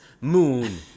Moon